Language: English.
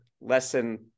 lesson